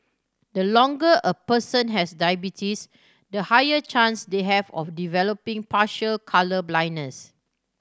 the longer a person has diabetes the higher chance they have of developing partial colour blindness